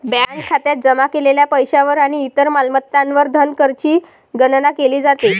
bank खात्यात जमा केलेल्या पैशावर आणि इतर मालमत्तांवर धनकरची गणना केली जाते